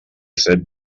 set